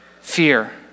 Fear